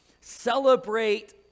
celebrate